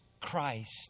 Christ